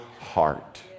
heart